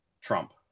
Trump